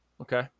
Okay